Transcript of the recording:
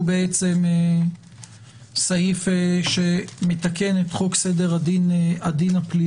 שהוא סעיף שמתקן את חוק סדר הדין הפלילי.